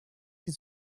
die